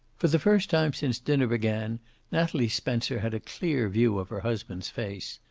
for the first time since dinner began natalie spencer had a clear view of her husband's face.